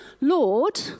Lord